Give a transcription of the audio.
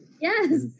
Yes